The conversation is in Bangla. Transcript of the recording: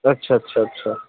আচ্ছা আচ্ছা আচ্ছা